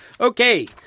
Okay